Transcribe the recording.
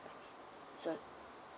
so